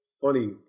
funny